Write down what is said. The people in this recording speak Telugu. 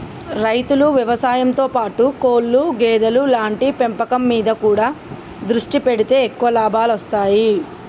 రైతులు వ్యవసాయం తో పాటు కోళ్లు గేదెలు లాంటి పెంపకం మీద కూడా దృష్టి పెడితే ఎక్కువ లాభాలొస్తాయ్